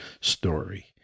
story